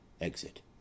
Exit